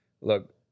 look